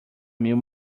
meu